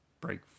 break